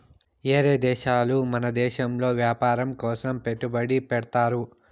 ఏరే దేశాలు మన దేశంలో వ్యాపారం కోసం పెట్టుబడి పెడ్తారు